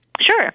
Sure